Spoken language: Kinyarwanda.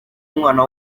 umwana